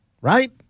Right